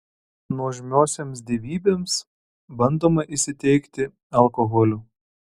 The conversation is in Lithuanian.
nuožmiosioms dievybėms bandoma įsiteikti alkoholiu